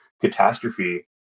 catastrophe